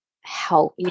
help